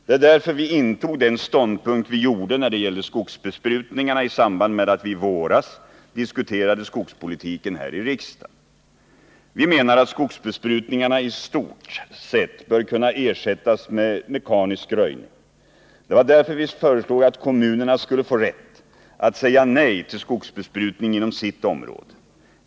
Det är därför vi intog den ståndpunkt vi gjorde när det gällde skogsbesprutningarna i samband med att vi i våras diskuterade skogspolitiken här i riksdagen. Vi menar att skogsbesprutningarna i stort sett bör kunna ersättas med mekanisk röjning. Det var därför vi föreslog att kommunerna skulle få rätt att säga nej till skogsbesprutning inom sina områden.